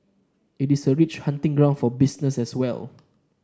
it is a rich hunting ground for business as well